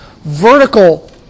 vertical